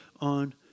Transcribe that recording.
on